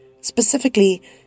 Specifically